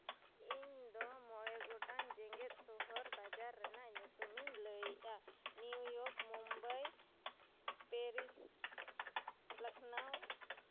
ᱤᱧ ᱫᱚ ᱢᱚᱬᱮ ᱜᱚᱴᱟᱝ ᱡᱮᱸᱜᱮᱛ ᱥᱚᱦᱚᱨ ᱵᱟᱡᱟᱨ ᱨᱮᱱᱟᱜ ᱧᱩᱛᱩᱢᱤᱧ ᱞᱟᱹᱭᱮᱜᱼᱟ ᱱᱤᱭᱩ ᱤᱭᱚᱨᱠ ᱢᱩᱢᱵᱟᱹᱭ ᱯᱮᱨᱤᱥ ᱞᱚᱠᱷᱱᱚᱣ